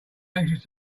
anxious